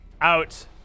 out